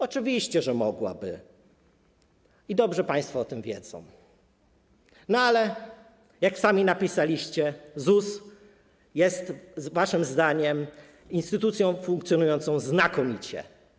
Oczywiście, że mogłaby i dobrze państwo o tym wiedzą, ale jak sami napisaliście, ZUS jest waszym zdaniem instytucją funkcjonującą znakomicie.